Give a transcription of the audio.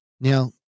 Now